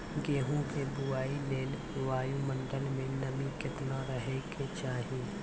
गेहूँ के बुआई लेल वायु मंडल मे नमी केतना रहे के चाहि?